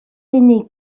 aîné